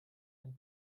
and